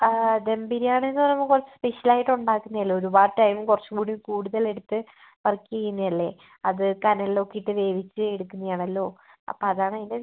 ആ ദം ബിരിയാണീന്ന് പറയുമ്പം കുറച്ച് സ്പെഷ്യൽ ആയിട്ട് ഉണ്ടാക്കുന്നത് അല്ലേ ഒരുപാട് ടൈം കുറച്ചും കൂടി കൂടുതൽ എടുത്ത് വർക്ക് ചെയ്യുന്നത് അല്ലേ അത് കനലിൽ ഒക്കെ ഇട്ട് വേവിച്ച് എടുക്കുന്നത് ആണല്ലോ അപ്പം അതാണ് അതിൻ്റെ